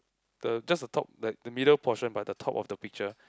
the just the top that the middle portion but the top of the picture